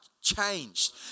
changed